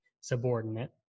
subordinate